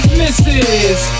misses